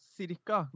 cirka